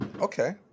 Okay